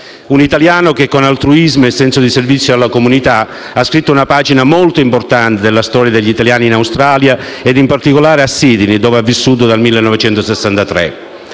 Un italiano che con altruismo e senso di servizio verso la comunità ha scritto una pagina molto importante della storia degli italiani in Australia e in particolare a Sydney, dove ha vissuto dal 1963.